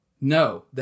no